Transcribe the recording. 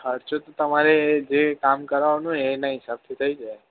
ખર્ચો તો તમારે જે કામ કરાવવાનું હોય એના હિસાબથી થઈ જાય